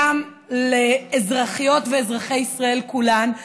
גם לאזרחיות ואזרחי ישראל כולם,